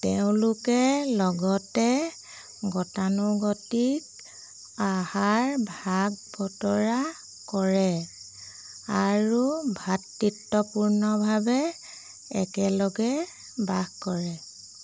তেওঁলোকে লগতে গতানুগতিক আহাৰ ভাগ বতৰা কৰে আৰু ভাতৃত্বপূৰ্ণভাৱে একেলগে বাস কৰে